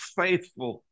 faithful